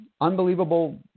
unbelievable